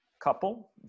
couple